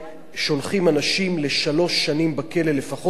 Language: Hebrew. שולחים אנשים לשלוש שנים בכלא לפחות, בלי משפט.